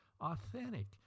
authentic